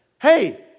hey